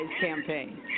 campaign